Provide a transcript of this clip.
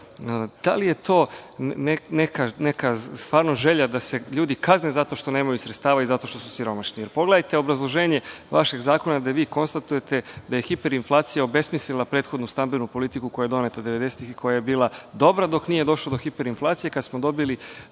da li je to stvarno neka želja da se ljudi kazne zato što nemaju sredstava i zato što su siromašni? Pogledajte obrazloženje vašeg zakona gde konstatujete da je hiper inflacija obeštetila prethodnu stambenu politiku koja je doneta 90-tih i koja je bila dobra dok nije došlo do hiper inflacije kada smo dobili